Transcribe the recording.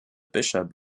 bishop